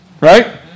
right